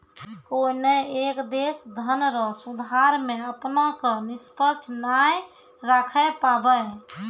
कोनय एक देश धनरो सुधार मे अपना क निष्पक्ष नाय राखै पाबै